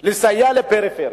לסייע לפריפריה,